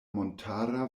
montara